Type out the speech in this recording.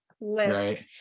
lift